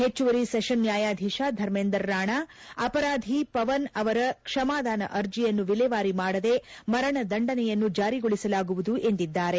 ಹೆಚ್ಚುವರಿ ಸೆಷನ್ ನ್ಹಾಯಧೀತ ಧರ್ಮೇಂದರ್ ರಾಣಾ ಅಪರಾಧಿ ಪವನ್ ಅವರ ಕ್ಷಮಾದಾನ ಅರ್ಜಿಯನ್ನು ವಿಲೇವಾರಿ ಮಾಡದೆ ಮರಣ ದಂಡನೆಯನ್ನು ಜಾರಿಗೊಳಿಸಲಾಗದು ಎಂದಿದ್ದಾರೆ